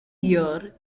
year